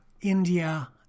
India